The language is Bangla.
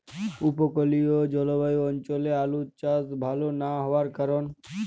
উপকূলীয় জলবায়ু অঞ্চলে আলুর চাষ ভাল না হওয়ার কারণ?